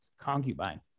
concubine